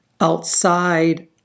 outside